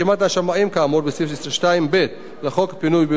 כאמור בסעיף 2ב לחוק פינוי ובינוי (פיצויים),